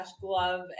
glove